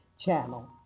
channel